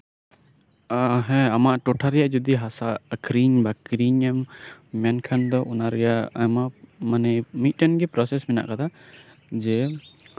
ᱦᱮᱸ ᱟᱢᱟᱜ ᱴᱚᱴᱷᱟ ᱨᱮᱭᱟᱜ ᱡᱚᱫᱤ ᱦᱟᱥᱟ ᱟᱠᱷᱨᱤᱧ ᱮᱢ ᱢᱮᱱᱠᱷᱟᱱ ᱫᱚ ᱚᱱᱟ ᱨᱮᱱᱟᱜ ᱟᱭᱢᱟ ᱢᱟᱱᱮ ᱢᱤᱫᱴᱟᱱ ᱜᱮ ᱯᱨᱚᱥᱮᱥ ᱢᱮᱱᱟᱜᱼᱟ ᱡᱮ